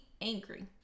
angry